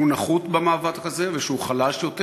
שהוא נחות במאבק הזה ושהוא חלש יותר,